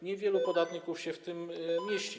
Niewielu podatników się w tym mieści.